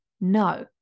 No